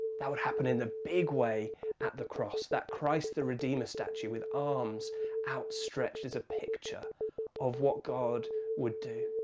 that would happen in the big way at the cross. that christ the redeemer statue, with arms outstretched, is a picture of what god would do.